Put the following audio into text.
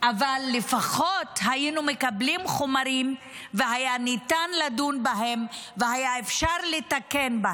אבל לפחות היינו מקבלים חומרים והיה ניתן לדון בהם והיה אפשר לתקן.